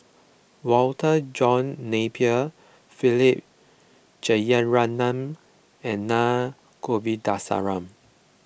Walter John Napier Philip Jeyaretnam and Naa Govindasamy